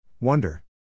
Wonder